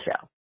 show